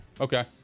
Okay